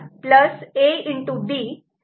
B A